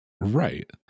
Right